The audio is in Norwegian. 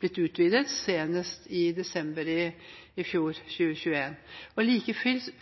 blitt utvidet, senest i desember i fjor, 2021. Like